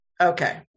Okay